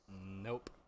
Nope